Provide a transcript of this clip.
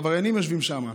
עבריינים יושבים שם.